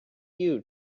you